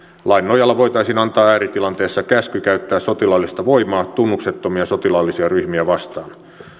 lain nojalla voitaisiin antaa ääritilanteessa käsky käyttää sotilaallista voimaa tunnuksettomia sotilaallisia ryhmiä vastaan